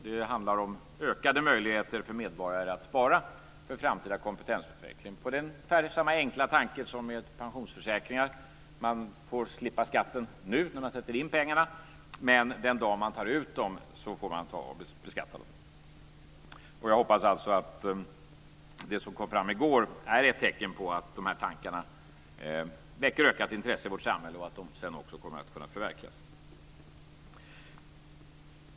Det handlar om ökade möjligheter för medborgare att spara för framtida kompetensutveckling med samma enkla tanke som gäller pensionsförsäkringar. Man slipper skatten nu, när man sätter in pengarna, men den dag man tar ut dem får man beskatta dem. Jag hoppas alltså att det som kom fram i går är ett tecken på att dessa tankar väcker ökat intresse i vårt samhälle och att de sedan också kommer att kunna förverkligas.